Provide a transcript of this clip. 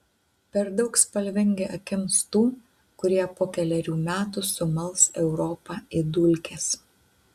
per daug spalvingi akims tų kurie po kelerių metų sumals europą į dulkes